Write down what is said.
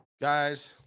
Guys